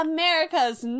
America's